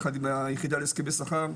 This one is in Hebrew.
יחד עם היחידה להסכמי שכר,